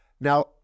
Now